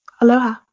Aloha